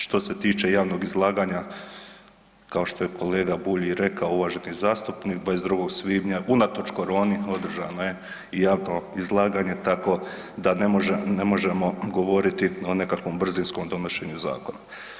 Što se tiče javnog izlaganja, kao što je kolega Bulj i rekao, uvaženi zastupnik, 22. svibnja, unatoč koroni održano je i javno izlaganje, tako da ne možemo govoriti o nekakvom brzinskom donošenju zakona.